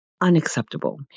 Unacceptable